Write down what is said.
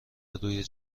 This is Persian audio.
روی